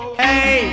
hey